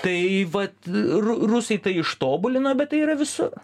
tai vat ru rusai tai ištobulino bet tai yra visur